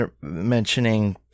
mentioning